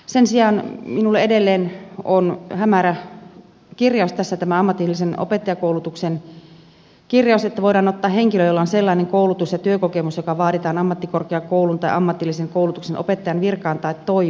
sen sijaan minulle edelleen on hämärä kirjaus tämä ammatillisen opettajakoulutuksen kirjaus että voidaan ottaa henkilö jolla on sellainen koulutus ja työkokemus joka vaaditaan ammattikorkeakoulun tai ammatillisen koulutuksen opettajan virkaan tai toimeen